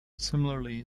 similarly